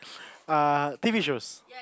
uh T_V shows